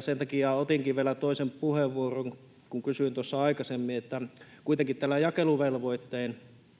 Sen takia otinkin vielä toisen puheenvuoron, kun kysyin tuossa aikaisemmin, että kuitenkin tällä jakeluvelvoitteen